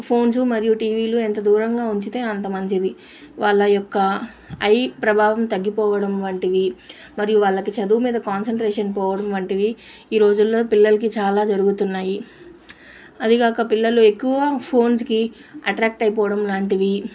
phones మరియు టీవీలు ఎంత దూరంగా ఉంచితే అంత మంచిది వాళ్ళ యొక్క ఐ ప్రభావం తగ్గిపోవడం వంటివి మరియు వాళ్ళకి చదువు మీద కాన్సన్ట్రేషన్ పోవడం వంటివి ఈ రోజుల్లో పిల్లల్కి చాలా జరుగుతున్నాయి అదిగాక పిల్లలు ఎక్కువ ఫోన్స్కి అట్రాక్ట్ అయిపోవడం లాంటివి